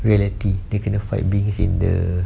reality dia kena fight beings in the